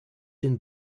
den